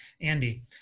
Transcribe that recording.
Andy